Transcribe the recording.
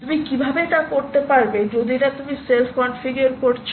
তুমি কীভাবে তা করতে পারবে যদি না তুমি সেলফ কনফিগার করছো